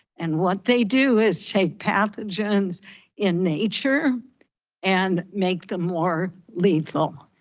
and what they do is shake pathogens in nature and make them more lethal.